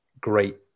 great